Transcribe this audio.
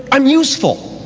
i'm useful.